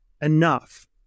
enough